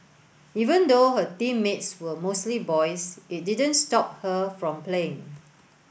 even though her teammates were mostly boys it didn't stop her from playing